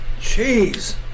Jeez